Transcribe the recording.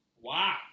Wow